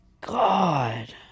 God